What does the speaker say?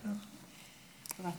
רצתי.